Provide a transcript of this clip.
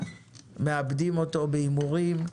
מאבדים אותו בהימורים,